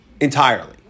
entirely